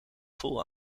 vol